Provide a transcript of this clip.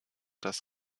das